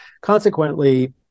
Consequently